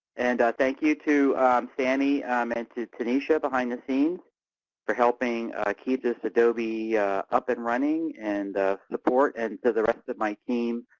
and thank you to sami um and to tanishia behind the scenes for helping keep this adobe up and running and support and to the rest of my team